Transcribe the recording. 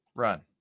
Run